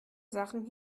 sachen